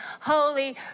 holy